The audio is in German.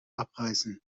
abreißen